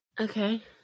Okay